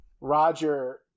Roger